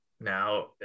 now